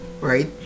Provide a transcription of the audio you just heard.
right